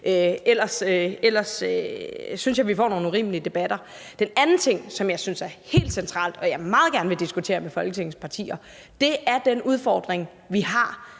ellers synes jeg, vi får nogle urimelige debatter. Den anden ting, som jeg synes er noget helt centralt, og som jeg meget gerne vil diskutere med Folketingets partier, er den udfordring, vi har